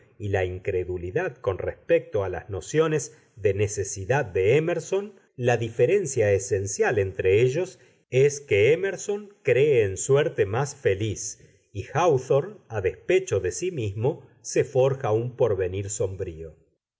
y la incredulidad con respecto a las nociones de necesidad de émerson la diferencia esencial entre ellos es que émerson cree en suerte más feliz y háwthorne a despecho de sí mismo se forja un porvenir sombrío